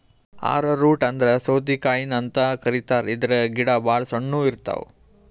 ಆರೊ root ಅಂದ್ರ ಸೌತಿಕಾಯಿನು ಅಂತ್ ಕರಿತಾರ್ ಇದ್ರ್ ಗಿಡ ಭಾಳ್ ಸಣ್ಣು ಇರ್ತವ್